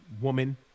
woman